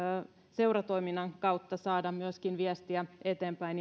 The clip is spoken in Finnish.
seuratoiminnan kautta saada tätä viestiä eteenpäin